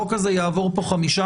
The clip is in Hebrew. החוק הזה יעבור פה חמישה,